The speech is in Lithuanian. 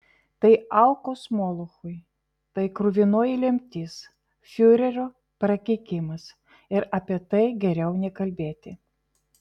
tai aukos molochui tai kruvinoji lemtis fiurerio prakeikimas ir apie tai geriau nekalbėti